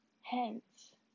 hence